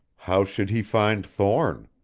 how should he find thorne?